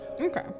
Okay